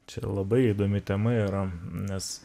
čia labai įdomi tema yra nes